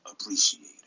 appreciated